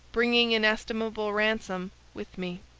bringing inestimable ransom with me.